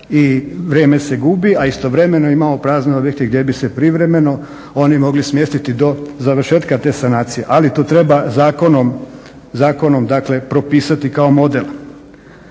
i vrijeme se gubi, a istovremeno imamo prazne objekte gdje bi se privremeno oni mogli smjestiti do završetka te sanacije, ali to treba zakonom propisati kao model.